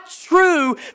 true